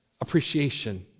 appreciation